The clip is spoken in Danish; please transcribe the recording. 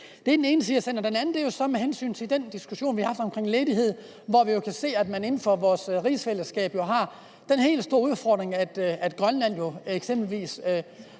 Den er den ene side af sagen. Den anden er så den diskussion, vi har haft om ledighed. Vi kan jo se, at man inden for vores rigsfællesskab har den helt store udfordring i, at Grønland eksempelvis